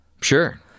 Sure